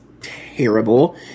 terrible